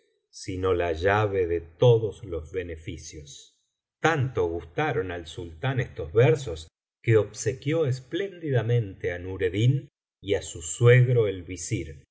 sino la llave de iodos los beneficios tanto gustaron al sultán estos versos que obsequió